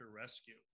Rescue